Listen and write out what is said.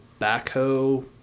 backhoe